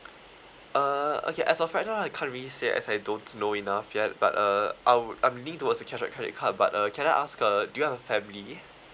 uh okay as of right now I can't really say as I don't know enough yet but uh I would I'm leaning towards the cashback credit card but uh can I ask uh do you have a family